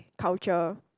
culture